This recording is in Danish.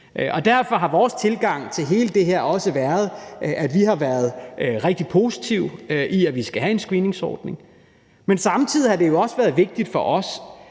Derfor har vores tilgang til hele det her også været, at vi har været rigtig positive over for, at vi skal have en screeningsordning, men samtidig har det jo også været vigtigt for os,